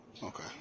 Okay